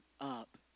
up